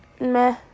meh